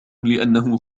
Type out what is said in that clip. لأنه